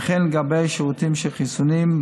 וכן לגבי שירותי חיסונים,